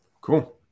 Cool